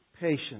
patience